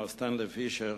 מר סטנלי פישר,